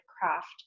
craft